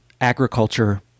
agriculture